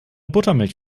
buttermilch